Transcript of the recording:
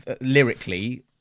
lyrically